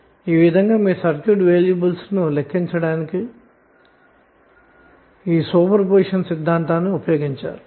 కాబట్టిఈ విధంగా మీరుసర్క్యూట్ వేరియబుల్ను కనుగొనడానికి సూపర్పొజిషన్ సిద్ధాంతాన్నిఉపయోగించవచ్చు